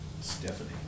Stephanie